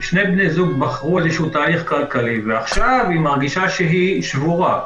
בחרו איזשהו תהליך כלכלי ועכשיו היא מרגישה שהיא שבורה.